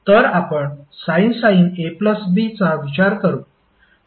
तर आपण sin AB चा विचार करू